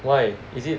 why is it